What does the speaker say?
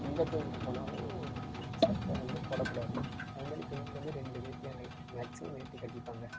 எந்த கோயிலுக்குப் போனாலும் அந்த சட்டை வந்து போடக் கூடாது அது மாதிரி பெண்கள் வந்து ரெண்டு வேட்டியாங்கு மேக்சிமம் வேட்டி கட்டிப்பாங்க